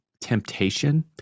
temptation